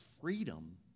freedom